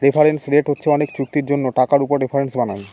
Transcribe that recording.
reference rate হচ্ছে অনেক চুক্তির জন্য টাকার উপর রেফারেন্স বানায়